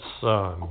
son